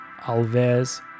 Alves